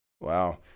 wow